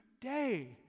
day